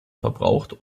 verbraucht